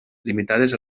limitades